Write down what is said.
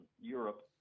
Europe